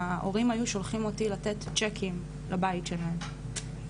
ההורים היו שולחים אותי לתת צ'קים לבית שלהם.